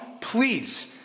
please